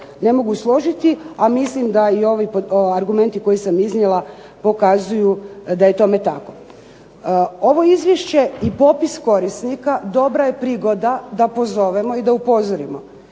ne mogu složiti, a mislim da i ovi argumenti koje sam iznijela pokazuju da je tome tako. Ovo izvješće i popis korisnika dobra je prigoda da pozovemo i da upozorimo